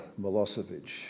Milosevic